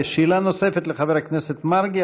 שאלה נוספת לחבר הכנסת מרגי.